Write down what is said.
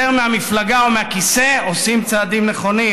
מהמפלגה או מהכיסא עושים צעדים נכונים,